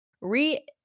re